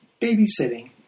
babysitting